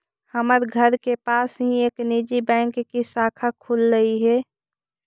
हमर घर के पास ही एक निजी बैंक की शाखा खुललई हे